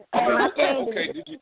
Okay